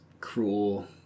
cruel